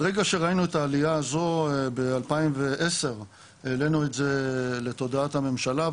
ברגע שראינו את העלייה הזו ב-2010 העלינו את זה לתודעת הממשלה,